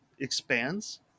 expands